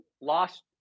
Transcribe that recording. lost